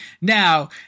Now